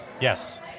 Yes